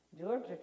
Georgia